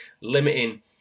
limiting